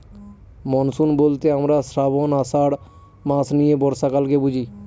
monsoon বলতে আমরা শ্রাবন, আষাঢ় মাস নিয়ে বর্ষাকালকে বুঝি